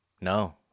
No